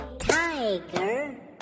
tiger